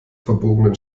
verbogenen